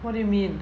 what do you mean